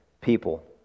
people